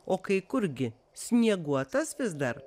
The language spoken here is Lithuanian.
o kai kurgi snieguotas vis dar